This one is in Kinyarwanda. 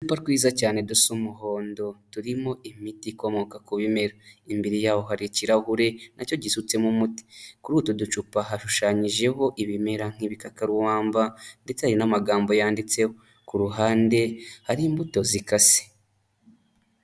Uducupa twiza cyane dufite umuhondo turimo imiti ikomoka ku bimera, imbere yaho hari ikirahure nacyo gisutsemo umuti kuri utu ducupa hashushanyijeho ibimera nk'ibikakarubamba ndetse n'amagambo yanditse ku ruhande hari imbuto zikase.